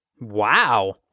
Wow